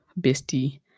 bestie